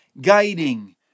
guiding